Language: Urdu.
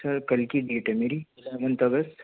سر کل کی ڈیٹ ہے میری الیونتھ اگست